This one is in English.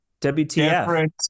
WTF